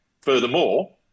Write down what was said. Furthermore